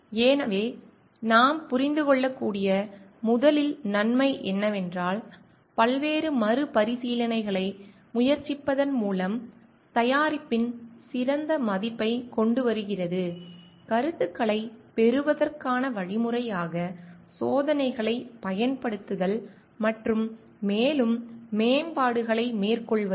எனவே நாம் புரிந்து கொள்ளக்கூடிய முதல் நன்மை என்னவென்றால் பல்வேறு மறுபரிசீலனைகளை முயற்சிப்பதன் மூலம் தயாரிப்பின் சிறந்த பதிப்பைக் கொண்டு வருவது கருத்துக்களைப் பெறுவதற்கான வழிமுறையாக சோதனைகளைப் பயன்படுத்துதல் மற்றும் மேலும் மேம்பாடுகளை மேற்கொள்வது